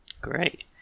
Great